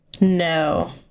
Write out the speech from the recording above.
No